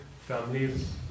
families